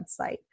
website